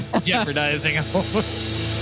Jeopardizing